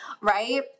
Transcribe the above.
right